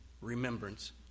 remembrance